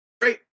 great